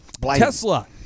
Tesla